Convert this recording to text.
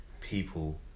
people